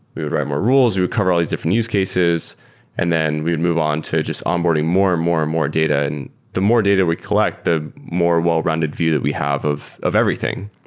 we would write more rules. we would cover all these different use cases and then we'd move on to just onboarding more and more and more data. the more data we collect, the more well-rounded view that we have of of everything.